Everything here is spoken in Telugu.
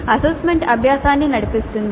అసెస్మెంట్ అభ్యాసాన్ని నడిపిస్తుంది